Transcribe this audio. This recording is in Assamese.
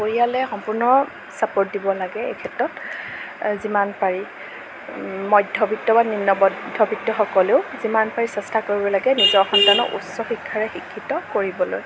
পৰিয়ালে সম্পূৰ্ণ চাপ'ৰ্ট দিব লাগে এই ক্ষেত্ৰত যিমান পাৰি মধ্য়বিত্ত বা নিম্ন মধ্যবিত্তসকলেও যিমান পাৰি চেষ্টা কৰিব লাগে নিজৰ সন্তানক উচ্চ শিক্ষাৰে শিক্ষিত কৰিবলৈ